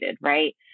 right